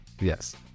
Yes